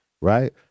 right